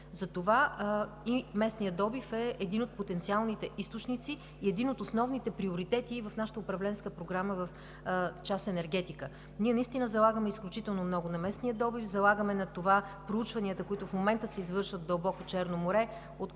Затова и местният добив е един от потенциалните източници и един от основните приоритети в Управленската ни програма в част „Енергетика“. Ние наистина залагаме изключително много на местния добив, залагаме на това проучванията, които в момента се извършват в дълбоко Черно море